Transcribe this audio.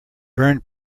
burn